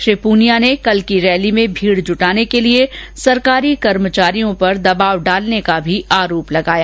श्री पुनिया ने कल की रैली में भीड़ जुटाने के लिए सरकारी कर्मचारियों पर दबाव डालने का आरोप भी लगाया